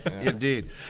Indeed